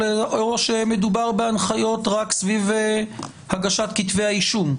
או שמדובר בהנחיות רק סביב הגשת כתבי האישום.